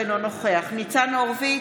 אינו נוכח ניצן הורוביץ,